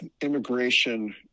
immigration